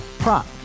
Prop